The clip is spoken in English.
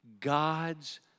God's